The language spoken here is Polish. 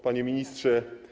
Panie Ministrze!